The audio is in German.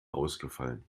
ausgefallen